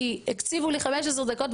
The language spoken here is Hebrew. כי הקציבו לי מספר דקות,